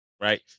Right